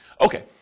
Okay